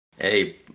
hey